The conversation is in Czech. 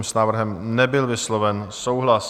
S návrhem nebyl vysloven souhlas.